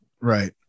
Right